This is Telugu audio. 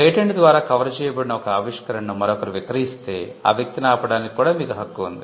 పేటెంట్ ద్వారా కవర్ చేయబడిన ఒక ఆవిష్కరణను మరొకరు విక్రయిస్తే ఆ వ్యక్తిని ఆపడానికి కూడా మీకు హక్కు ఉంది